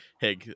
hey